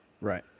right